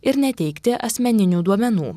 ir neteikti asmeninių duomenų